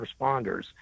responders